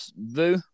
vu